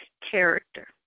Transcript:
character